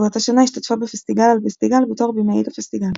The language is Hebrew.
באותה שנה השתתפה ב"פסטיגל על פסטיגל" בתור במאית הפסטיגל.